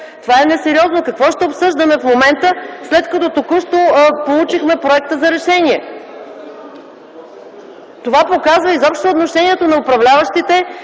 Това е несериозно! Какво ще обсъждаме в момента, след като току-що получихме проекта за решение? Това показва изобщо отношението на управляващите